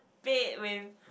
bed with